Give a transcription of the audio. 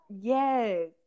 Yes